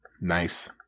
Nice